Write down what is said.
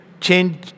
change